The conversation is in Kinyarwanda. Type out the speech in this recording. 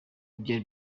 byari